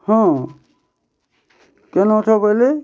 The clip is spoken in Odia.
ହଁ କେନେ ଅଛ ବଏଲେ